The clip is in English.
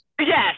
Yes